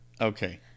okay